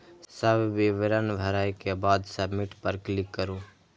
सब विवरण भरै के बाद सबमिट पर क्लिक करू